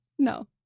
No